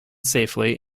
safely